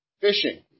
fishing